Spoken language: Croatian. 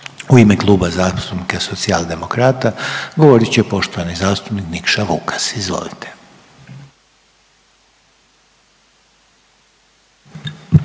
U ime Kluba zastupnika Socijaldemokrata govorit će poštovani zastupnik Nikša Vukas. Izvolite.